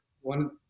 one